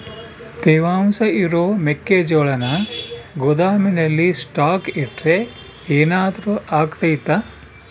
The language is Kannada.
ತೇವಾಂಶ ಇರೋ ಮೆಕ್ಕೆಜೋಳನ ಗೋದಾಮಿನಲ್ಲಿ ಸ್ಟಾಕ್ ಇಟ್ರೆ ಏನಾದರೂ ಅಗ್ತೈತ?